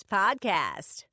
podcast